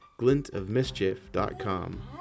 glintofmischief.com